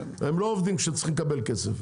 הם לא עובדים כשצריכים לקבל כסף,